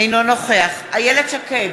אינו נוכח איילת שקד,